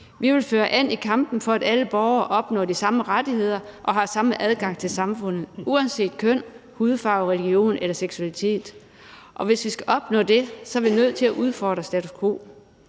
Vi vil føre an i kampen for, at alle borgere opnår de samme rettigheder og har samme adgang til samfundet uanset køn, hudfarve, religion eller seksualitet. Og hvis vi skal opnå det, er vi nødt til at udfordre status quo.